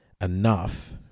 enough